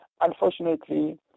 Unfortunately